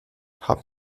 haben